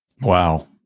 Wow